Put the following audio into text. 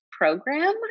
program